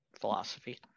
philosophy